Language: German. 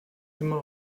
immer